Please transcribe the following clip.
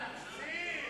המדינה (תיקוני חקיקה להשגת יעדי התקציב) (תיקון,